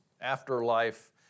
afterlife